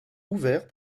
ouvert